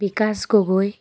Bikash Gogoi